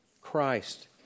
Christ